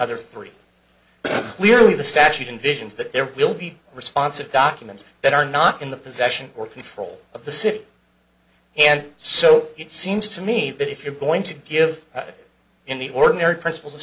other three clearly the statute envisions that there will be responsive documents that are not in the possession or control of the city and so it seems to me that if you're going to give in the ordinary princip